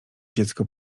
dziecko